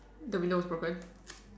the window is broken